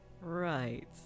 Right